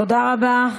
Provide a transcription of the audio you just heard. תודה רבה,